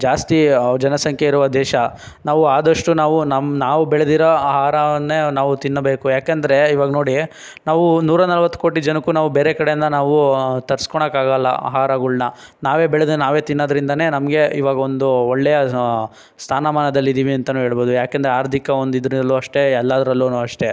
ಜಾಸ್ತಿ ಜನಸಂಖ್ಯೆ ಇರುವ ದೇಶ ನಾವು ಆದಷ್ಟು ನಾವು ನಮ್ಮ ನಾವು ಬೆಳೆದಿರೋ ಆಹಾರವನ್ನೇ ನಾವು ತಿನ್ನಬೇಕು ಯಾಕೆಂದ್ರೆ ಇವಾಗ ನೋಡಿ ನಾವೂ ನೂರಾನಲ್ವತ್ತು ಕೋಟಿ ಜನಕ್ಕೂ ನಾವು ಬೇರೆ ಕಡೆಯಿಂದ ನಾವು ತರಿಸ್ಕೊಳ್ಳೋಕ್ಕಾಗೊಲ್ಲ ಆಹಾರಗಳನ್ನ ನಾವೇ ಬೆಳೆದು ನಾವೇ ತಿನ್ನೋದ್ರಿಂದಲೇ ನಮಗೆ ಇವಾಗ ಒಂದು ಒಳ್ಳೆಯ ಸ್ಥಾನಮಾನದಲ್ಲಿದೀವಿಂತಲೂ ಹೇಳ್ಬೌದು ಯಾಕೆಂದ್ರೆ ಆರ್ಥಿಕ ಒಂದು ಇದರಲ್ಲೂ ಅಷ್ಟೇ ಎಲ್ಲದರಲ್ಲೂ ಅಷ್ಟೇ